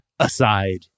aside